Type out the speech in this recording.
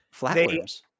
flatworms